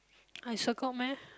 I circled meh